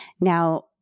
Now